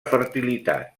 fertilitat